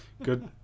Good